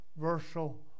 universal